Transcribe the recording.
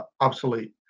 obsolete